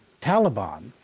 Taliban